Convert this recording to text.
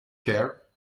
care